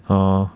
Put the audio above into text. orh